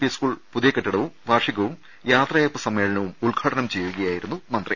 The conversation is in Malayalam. പി സ്കൂൾ പുതിയ കെട്ടിടവും വാർഷികവും യാത്രയയപ്പ് സമ്മേളനവും ഉദ്ഘാടനം ചെയ്യുകയായിരുന്നു മന്ത്രി